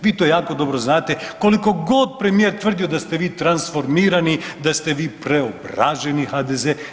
Vi to jako dobro znate koliko god premijer tvrdio da ste vi transformirani, da ste vi preobraženi HDZ.